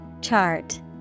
Chart